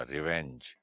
Revenge